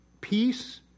peace